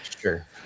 sure